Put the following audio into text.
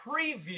preview